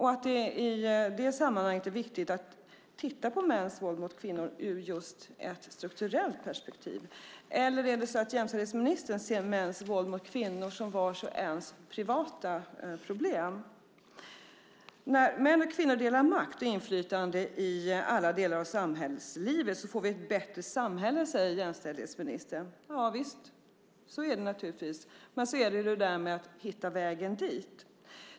I det sammanhanget är det viktigt att titta på mäns våld mot kvinnor i ett strukturellt perspektiv. Eller ser jämställdhetsministern mäns våld mot kvinnor som vars och ens privata problem? När män och kvinnor delar makt och inflytande i alla delar av samhällslivet får vi ett bättre samhälle, säger jämställdhetsministern. Javisst - så är det naturligtvis. Men så har vi det där med att hitta vägen dit.